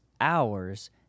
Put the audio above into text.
hours